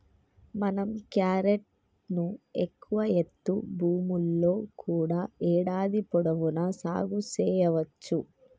మనం క్యారెట్ ను ఎక్కువ ఎత్తు భూముల్లో కూడా ఏడాది పొడవునా సాగు సెయ్యవచ్చు